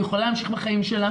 היא יכולה להמשיך עם חייה.